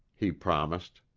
he promised.